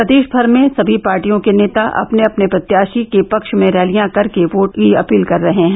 प्रदेष भर में सभी पार्टियों के नेता अपने अपने प्रत्याषी के पक्ष में रैलियां कर वोट अपील कर रहे हैं